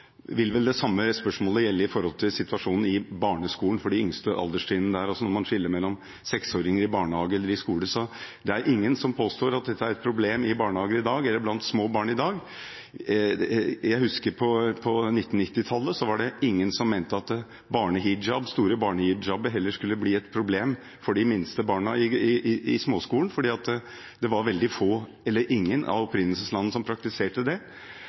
vel det samme gjelde for situasjonen i barneskolen, for de laveste alderstrinnene der, når man skiller mellom seksåringer i barnehagen og seksåringer på skolen. Det er ingen som påstår at dette er et problem i barnehagen eller blant små barn i dag. Jeg husker at på 1990-tallet var det ingen som mente at store barnehijaber skulle bli et problem for de minste barna i småskolen, for det var veldig få eller ingen av opprinnelseslandene som praktiserte det.